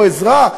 פה עזרה.